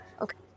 Okay